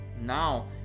now